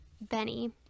benny